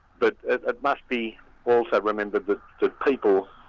but it must be also remembered but that people,